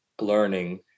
learning